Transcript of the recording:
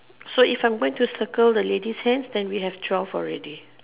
so if I'm going to circle the lady's hands then we have twelve already